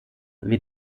wie